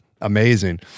amazing